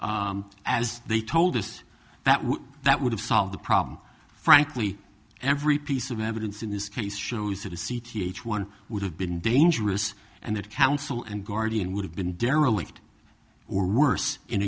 as they told us that would that would have solved the problem frankly every piece of evidence in this case shows that a c t h one would have been dangerous and that counsel and guardian would have been derelict or worse in